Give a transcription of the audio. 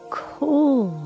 cool